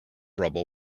rubble